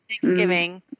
Thanksgiving